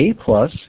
A-plus